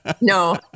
No